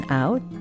out